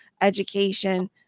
education